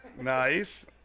nice